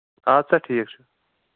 اَدٕ سا ٹھیٖک چھُ